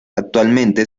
actualmente